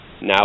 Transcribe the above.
now